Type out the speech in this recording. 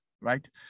right